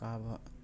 ꯀꯥꯕ